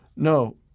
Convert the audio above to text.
No